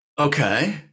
okay